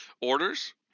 orders